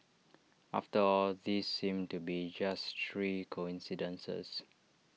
after all these seem to be just three coincidences